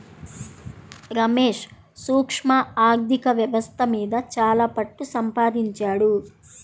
రమేష్ సూక్ష్మ ఆర్ధిక వ్యవస్థ మీద చాలా పట్టుసంపాదించాడు